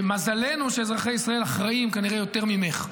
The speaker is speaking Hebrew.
מזלנו שאזרחי ישראל אחראים כנראה יותר ממך.